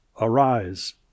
Arise